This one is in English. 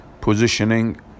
positioning